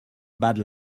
bad